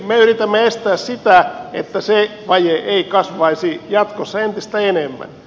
me yritämme estää sitä että se vaje kasvaisi jatkossa entistä enemmän